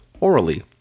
orally